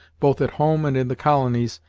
both at home and in the colonies,